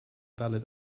valid